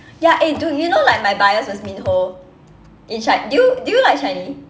ya eh dude you know like my bias was min ho in shi~ do do you like shinee